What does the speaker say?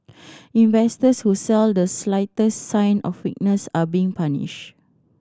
investors who sell the slightest sign of weakness are being punished